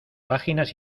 páginas